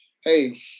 hey